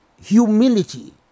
Humility